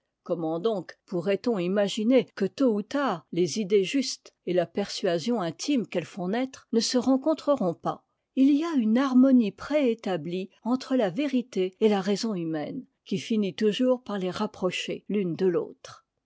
comment donc pourrait-on imaginer que tôt ou tard les idées justes et la persuasion intime qu'elles font naître ne se rencontreront pas i y a une harmonie préétablie entre la vérité et la raison humaine qui finit toujours par les rapprocher l'une de l'autre